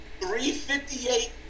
358